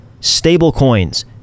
stablecoins